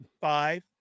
five